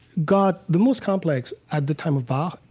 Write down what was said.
got the most complex at the time of bach.